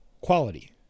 quality